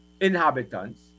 inhabitants